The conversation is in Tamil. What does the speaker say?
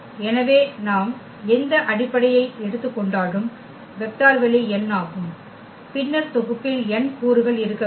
எனவே நாம் எந்த அடிப்படையை எடுத்துக் கொண்டாலும் வெக்டர் வெளி n ஆகும் பின்னர் தொகுப்பில் n கூறுகள் இருக்க வேண்டும்